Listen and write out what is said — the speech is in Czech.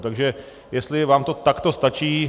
Takže jestli vám to takto stačí.